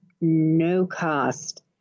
no-cost